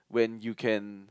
when you can